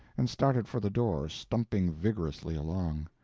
and started for the door, stumping vigorously along.